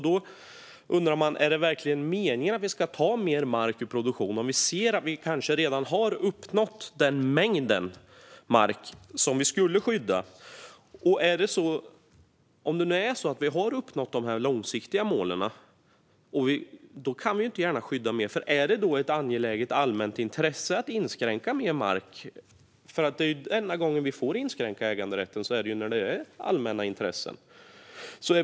Då undrar man: Är det verkligen meningen att vi ska ta mer mark ur produktion om vi ser att vi kanske redan har uppnått den mängd mark som vi skulle skydda? Om det nu är så att vi har uppnått de långsiktiga målen kan vi inte gärna skydda mer. Finns det i det läget ett angeläget allmänt intresse av att inskränka äganderätten för mer mark? Den enda gång vi får inskränka äganderätten är när skälet är allmänna intressen.